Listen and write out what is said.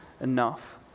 enough